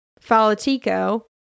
Falatico